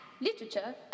Literature